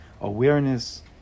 awareness